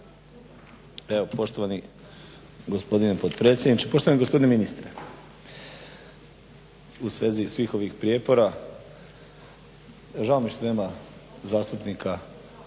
Evo poštovani gospodine potpredsjedniče, poštovani gospodine ministre. U svezi svih ovih prijepora, žao mi je što nema zastupnika